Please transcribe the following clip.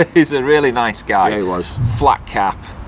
he's a really nice guy. yeah he was. flat cap,